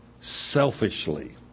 selfishly